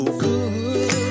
good